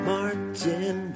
Martin